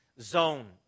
zone